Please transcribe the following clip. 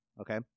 Okay